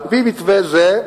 על-פי מתווה זה,